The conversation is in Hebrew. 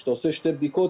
כאשר אתה עושה שתי בדיקות,